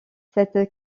cette